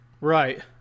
Right